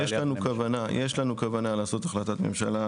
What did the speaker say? יש לנו כוונה לעשות החלטת ממשלה